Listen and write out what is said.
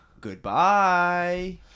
Goodbye